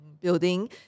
building